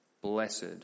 Blessed